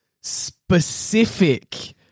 specific